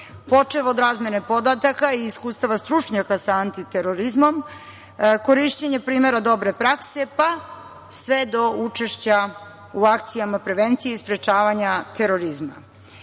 počev od razmene podataka i iskustava stručnjaka sa antiterorizmom, korišćenje primera dobre prakse, pa sve do učešća u akcijama prevencije i sprečavanja terorizma. Na